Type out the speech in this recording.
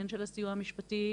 כן של הסיוע המשפטי,